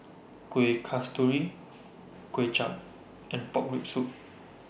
Kuih Kasturi Kway Chap and Pork Rib Soup